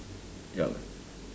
ya